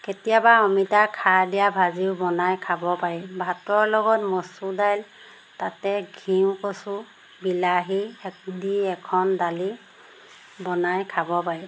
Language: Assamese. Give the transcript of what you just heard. কেতিয়াবা অমিতা খাৰ দিয়া ভাজিও বনাই খাব পাৰি ভাতৰ লগত মচুৰ দাইল তাতে ঘিউ কচু বিলাহী দি এখন দালি বনাই খাব পাৰি